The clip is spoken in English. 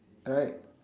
alright